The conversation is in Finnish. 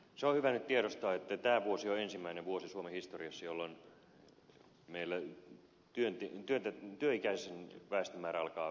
se on hyvä nyt tiedostaa että tämä vuosi on ensimmäinen vuosi suomen historiassa jolloin meillä työikäisen väestön määrä alkaa vähetä